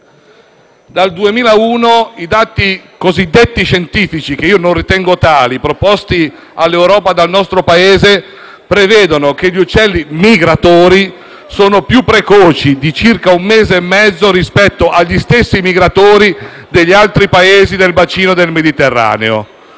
Dal 2001 i dati cosiddetti scientifici, che io non ritengo tali, proposti all'Europa dal nostro Paese statuiscono che gli uccelli migratori sono più precoci di circa un mese e mezzo rispetto agli stessi migratori degli altri Paesi del bacino del Mediterraneo.